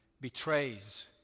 betrays